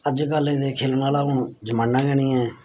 अज्जकल दे खेलने आह्ला हून जमान्ना गै निं ऐ